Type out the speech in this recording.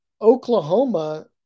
Oklahoma